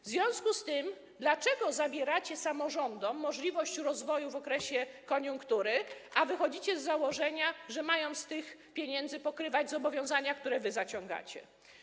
W związku z tym dlaczego zabieracie samorządom możliwość rozwoju w okresie koniunktury i wychodzicie z założenia, że mają pokrywać ze swoich pieniędzy zobowiązania, które wy zaciągacie?